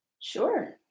sure